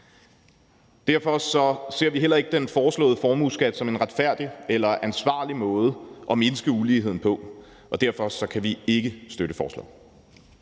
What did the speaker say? Derfor ser vi heller ikke den foreslåede formueskat som en retfærdig eller ansvarlig måde at mindske uligheden på, og derfor kan vi ikke støtte forslaget.